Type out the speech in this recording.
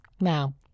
Now